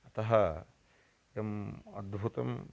अतः एवम् अद्भुतम्